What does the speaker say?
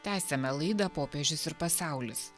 tęsiame laidą popiežius ir pasaulis